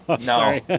No